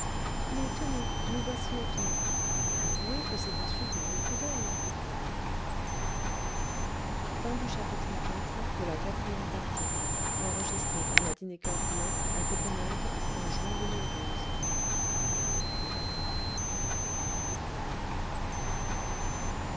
mais tenez nous voici au temple avouez que c'est un superbe coup d'oeil